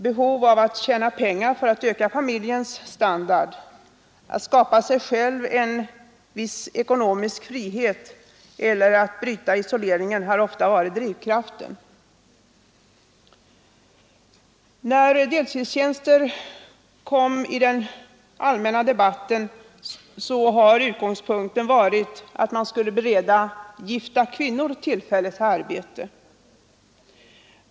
Behovet av att öka familjens standard, att skapa sig själv en viss ekonomisk frihet eller att bryta isoleringen har ofta varit drivkraften. När deltidstjänster kom upp i den allmänna debatten, var utgångspunkten att man skulle bereda gifta kvinnor tillfälle till arbete.